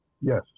Yes